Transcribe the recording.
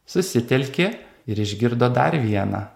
susitelkė ir išgirdo dar vieną